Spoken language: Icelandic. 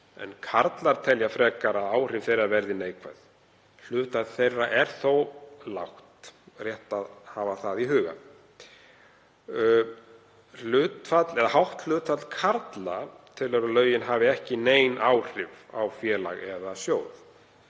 en karlar telja frekar að áhrif þeirra verði neikvæð. Hlutfall þeirra er þó lágt, rétt að hafa það í huga. Hátt hlutfall karla telur að lögin hafi ekki nein áhrif á félag eða sjóð.